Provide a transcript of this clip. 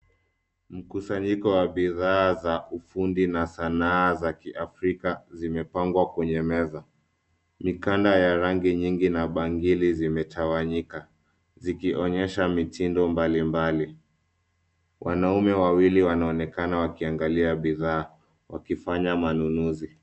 Mkusanyiko wa bidhaa za ufundi na sanaa za kiafrika ,zimepangwa kwenye meza. Mikanda ya rangi nyingi na bangili zimetawanyika ,ikionyesha mitindo mbali mbali , Wanaume wawili wanaonekana wakiangalia bidhaa wakifanya manunuzi.